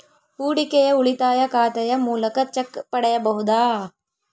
ಹೂಡಿಕೆಯ ಉಳಿತಾಯ ಖಾತೆಯ ಮೂಲಕ ಚೆಕ್ ಪಡೆಯಬಹುದಾ?